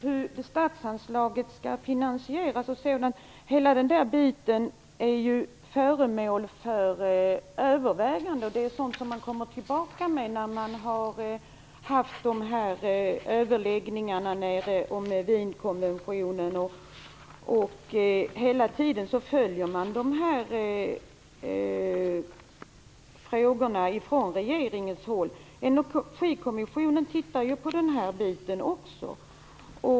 Herr talman! Hela den del som handlar om hur statsanslaget skall finansieras är föremål för överväganden. Det är sådant som man kommer tillbaka med när man har haft överläggningar om Wienkonventionen. Regeringen följer hela tiden de här frågorna. Även Energikommissionen tittar ju på detta.